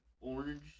orange